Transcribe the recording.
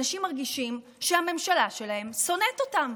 אנשים מרגישים שהממשלה שלהם שונאת אותם.